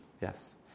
yes